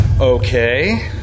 Okay